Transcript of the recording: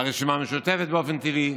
והרשימה המשותפת, באופן טבעי,